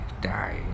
Die